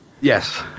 yes